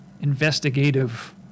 investigative